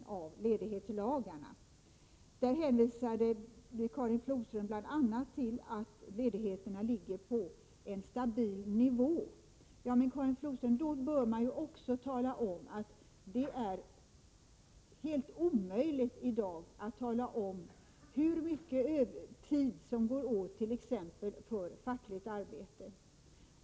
Karin Flodström hänvisade bl.a. till att ledigheterna ligger på en stabil nivå. Men då bör man också tala om, att det i dag är helt omöjligt att säga hur mycket tid som går åt t.ex. för fackligt arbete.